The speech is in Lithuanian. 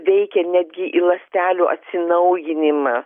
veikia netgi į ląstelių atsinaujinimą